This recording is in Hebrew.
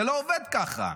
זה לא עובד ככה.